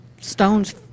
Stones